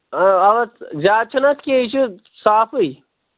اۭں اَوا زیادٕ چھُنہٕ اَتھ کیٚنہہ یہِ چھُ صافٕے